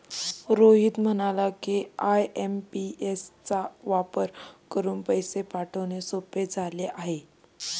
रोहित म्हणाला की, आय.एम.पी.एस चा वापर करून पैसे पाठवणे सोपे झाले आहे